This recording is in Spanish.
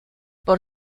por